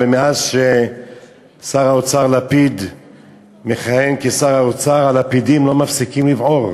מאז ששר האוצר לפיד מכהן כשר האוצר הלפידים לא מפסיקים לבעור